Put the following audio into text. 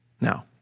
Now